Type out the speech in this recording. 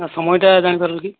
ନା ସମୟଟା ଜାଣିପାରିବି କି